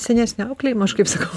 senesnio auklėjimo aš kaip sakau